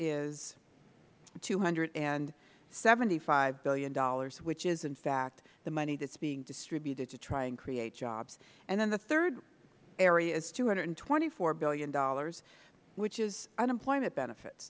is two hundred and seventy five dollars billion which is in fact the money that is being distributed to try and create jobs and then the third area is two hundred and twenty four dollars billion which is unemployment benefits